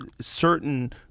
certain